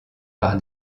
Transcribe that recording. par